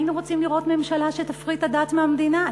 היינו רוצים לראות ממשלה שתפריד את הדת מהמדינה.